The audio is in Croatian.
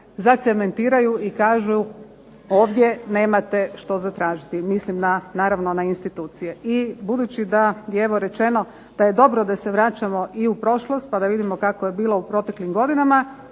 zacementiraju i kažu ovdje nemate što zatražiti. Mislim naravno na institucije. I budući da je rečeno da je dobro da se vraćamo i u prošlost pa da vidimo kako je bilo u proteklim godinama.